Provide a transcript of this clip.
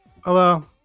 Hello